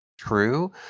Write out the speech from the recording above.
true